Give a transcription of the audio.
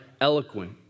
eloquent